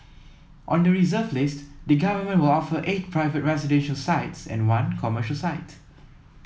on the reserve list the government will offer eight private residential sites and one commercial site